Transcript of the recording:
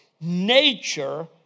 nature